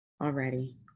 already